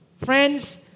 friends